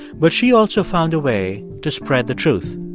but she also found a way to spread the truth.